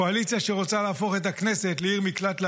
קואליציה שרוצה להפוך את הכנסת לעיר מקלט לעבריינים.